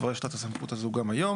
כבר יש לה את הסמכות הזו גם היום.